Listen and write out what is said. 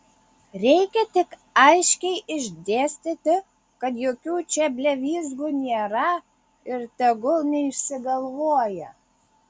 reikia tik aiškiai išdėstyti kad jokių čia blevyzgų nėra ir tegul neišsigalvoja